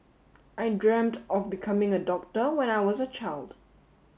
I dreamt of becoming a doctor when I was a child